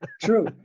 True